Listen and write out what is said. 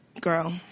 Girl